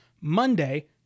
Monday